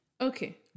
Okay